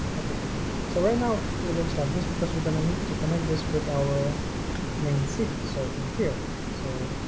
okay so right now it looks like this because we're gonna need to connect this with our main city so in here so